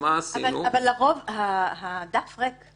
לרוב הדף ריק.